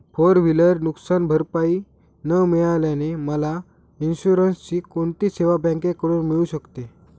Four wheeler नुकसानभरपाई न मिळाल्याने मला इन्शुरन्सची कोणती सेवा बँकेकडून मिळू शकते?